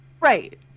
Right